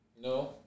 No